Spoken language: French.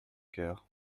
cœur